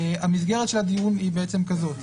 המסגרת של הדיון היא בעצם כזאת.